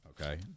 Okay